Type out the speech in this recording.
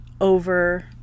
over